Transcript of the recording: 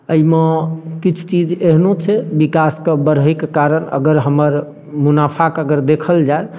अइमे किछु चीज एहनो छै विकासके बढ़ैके कारण अगर हमर मुनाफाके अगर देखल जाय